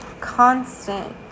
constant